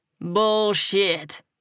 Bullshit